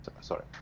Sorry